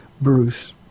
Bruce